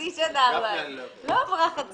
הסימן הזה שירד לא מופיע לך בנוסח.